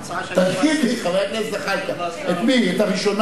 תזכיר לי, חבר הכנסת זחאלקה, את הראשונה?